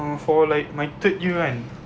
err for like my third year kan